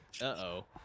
Uh-oh